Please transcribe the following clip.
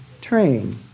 train